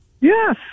Yes